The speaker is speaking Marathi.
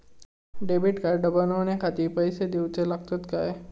डेबिट कार्ड बनवण्याखाती पैसे दिऊचे लागतात काय?